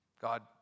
God